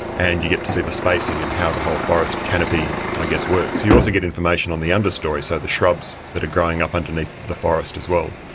and you get to see the spacing and how the whole forest canopy i guess works. you also get information on the understory, so the shrubs that are growing up underneath the forest as well.